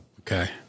Okay